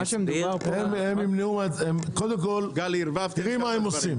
הם ימנעו קודם כל תראי מה הם עושים,